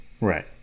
Right